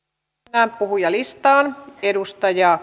mennään puhujalistaan